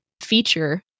feature